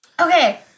Okay